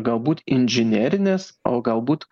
galbūt inžinerinės o galbūt